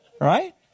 Right